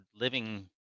living